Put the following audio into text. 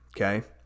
Okay